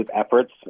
efforts